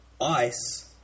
ice